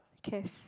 Cass